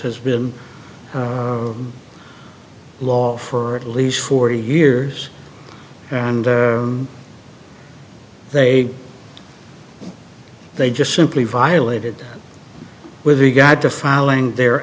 has been law for at least forty years and they they just simply violated with regard to filing their